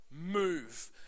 move